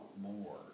more